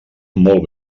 molt